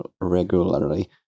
regularly